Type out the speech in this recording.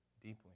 deeply